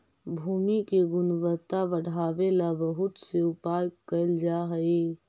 भूमि के गुणवत्ता बढ़ावे ला बहुत से उपाय कैल जा हई